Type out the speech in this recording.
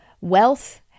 wealth